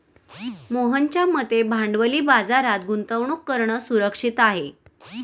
मोहनच्या मते भांडवली बाजारात गुंतवणूक करणं सुरक्षित आहे